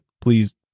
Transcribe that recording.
please